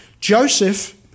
Joseph